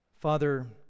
Father